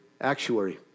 Actuary